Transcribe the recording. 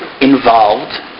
involved